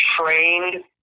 trained